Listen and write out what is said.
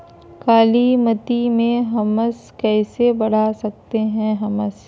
कालीमती में हमस कैसे बढ़ा सकते हैं हमस?